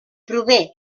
prové